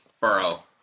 Burrow